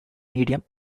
medium